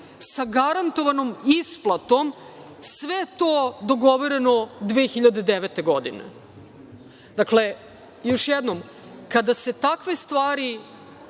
sa garantovanom isplatom. Sve to dogovoreno 2009. godine. Dakle, još jednom, kada se takve stvari